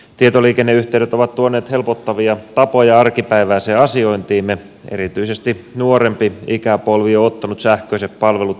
tietoliikenneyhteydet ovat tuoneet helpottavia tapoja arkipäiväiseen asiointiimme erityisesti nuorempi ikäpolvi on ottanut sähköiset palvelut omakseen